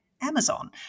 Amazon